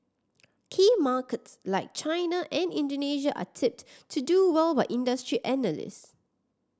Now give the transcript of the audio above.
key markets like China and Indonesia are tipped to do well by industry analyst